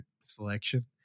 selection